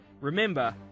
Remember